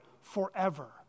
forever